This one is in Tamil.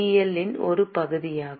எல் இன் ஒரு பகுதியாகும்